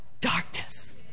darkness